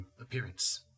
appearance